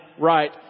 right